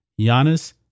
Giannis